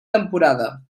temporada